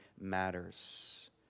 matters